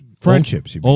friendships